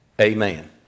amen